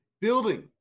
building